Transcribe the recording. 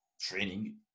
training